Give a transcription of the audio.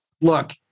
Look